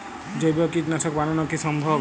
জৈব কীটনাশক বানানো কি সম্ভব?